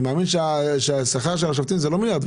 אני מאמין שהשכר של השופטים הוא לא מיליארד